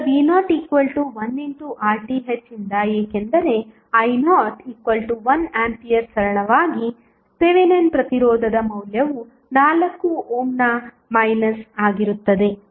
ಈಗv0 1 RThರಿಂದ ಏಕೆಂದರೆ i0 1ಆಂಪಿಯರ್ ಸರಳವಾಗಿ ಥೆವೆನಿನ್ ಪ್ರತಿರೋಧದ ಮೌಲ್ಯವು 4 ಓಮ್ನ ಮೈನಸ್ ಆಗಿರುತ್ತದೆ